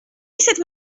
cette